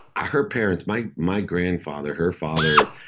her parents. my my grandfather, her father,